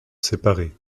séparés